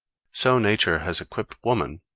so nature has equipped woman,